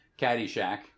Caddyshack